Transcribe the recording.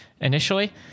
initially